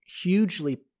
hugely